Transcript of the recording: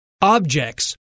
objects